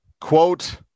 Quote